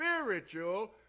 spiritual